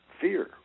fear